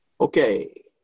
Okay